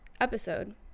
episode